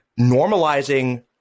normalizing